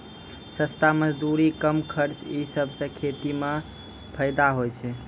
सस्ता मजदूरी, कम खर्च ई सबसें खेती म फैदा होय छै